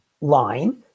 line